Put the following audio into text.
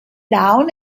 down